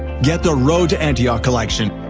get the road to antioch collection,